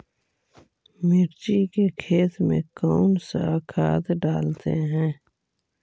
मिर्ची के खेत में कौन सा खाद डालते हैं?